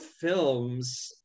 films